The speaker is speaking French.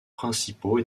principaux